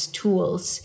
tools